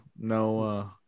No